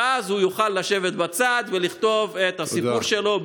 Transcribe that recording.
ואז הוא יוכל לשבת בצד ולכתוב את הסיפור שלו,